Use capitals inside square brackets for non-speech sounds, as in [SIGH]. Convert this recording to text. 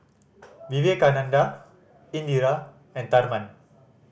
[NOISE] Vivekananda Indira and Tharman